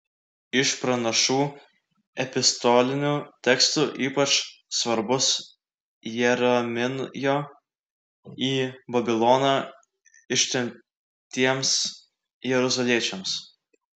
iš pranašų epistolinių tekstų ypač svarbus jeremijo į babiloną ištremtiems jeruzaliečiams